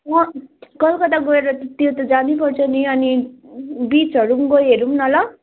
म कलकत्ता गएर त्यो त जानैपर्छ नि अनि बिचहरू पनि गइहेरौँ न ल